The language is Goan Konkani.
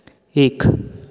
एक